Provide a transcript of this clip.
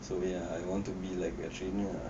so ya I want to be like a trainer ah